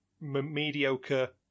mediocre